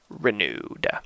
renewed